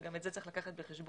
וגם את זה צריך לקחת בחשבון.